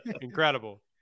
Incredible